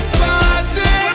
party